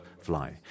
fly